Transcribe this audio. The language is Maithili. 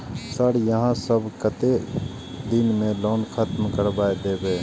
सर यहाँ सब कतेक दिन में लोन खत्म करबाए देबे?